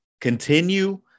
continue